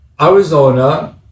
Arizona